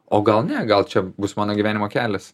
o gal ne gal čia bus mano gyvenimo kelias